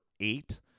eight